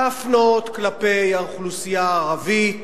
להפנות כלפי האוכלוסייה הערבית